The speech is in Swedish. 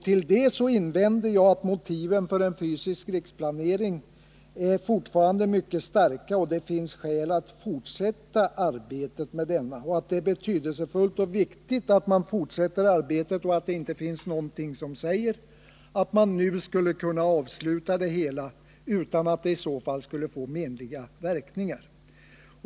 Jag invände då att motiven för en fysisk riksplanering fortfarande är mycket starka och att det därför finns skäl att fortsätta arbetet med denna. Vidare framhöll jag att det inte fanns någonting som sade att man skulle kunna avsluta det hela utan menliga följder.